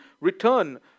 return